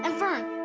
and fern,